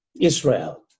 Israel